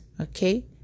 okay